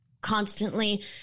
constantly